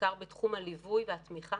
בעיקר בתחום הליווי והתמיכה.